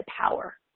power